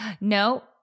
No